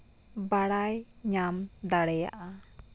ᱵᱟᱲᱟᱭ ᱧᱟᱢ ᱫᱟᱲᱮᱭᱟᱜᱼᱟ